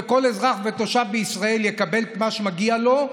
וכל אזרח ותושב בישראל יקבל את מה שמגיע לו,